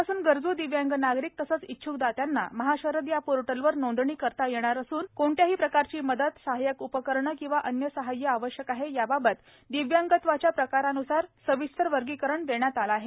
उद्यापासून गरजू दिव्यांग नागरिक तसेच इच्छ्क दात्यांना महाशरद या पोर्टलवर नोंदणी करता येणार सून कोणत्या प्रकारची मदत सहाय्यक उपकरण किंवा न्य सहाय्य आवश्यक आहे याबाबत दिव्यांगत्वाच्या प्रकारान्सार सविस्तर वर्गीकरण देण्यात आले आहे